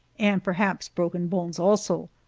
and perhaps broken bones also.